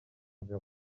avait